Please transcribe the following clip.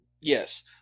Yes